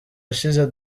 ashize